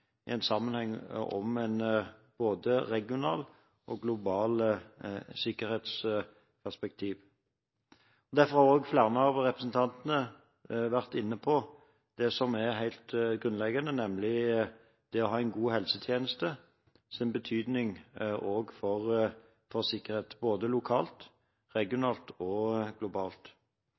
både et regionalt og globalt sikkerhetsperspektiv. Derfor har også flere av representantene vært inne på det som er helt grunnleggende, nemlig det å ha en god helsetjeneste og dens betydning for sikkerhet både lokalt, regionalt og globalt.